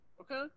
Okay